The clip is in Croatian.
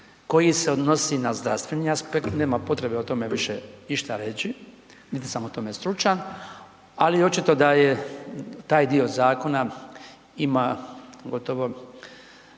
koji se odnosi na zdravstveni aspekt nema potrebe o tome više išta reći, niti sam u tome stručan, ali očito da je taj dio zakona, ima gotovo